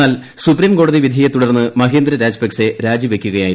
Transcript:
എന്നാൽ സുപ്രീംകോടതി വിധിയെ തുടർന്ന് മഹേന്ദ്ര രാജപക്സെ രാജിവെയ്ക്കുകയായിരുന്നു